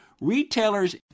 Retailers